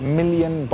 million